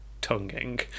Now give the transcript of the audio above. tonguing